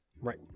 Right